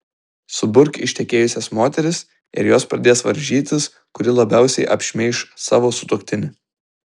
suburk ištekėjusias moteris ir jos pradės varžytis kuri labiausiai apšmeiš savo sutuoktinį